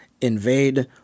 invade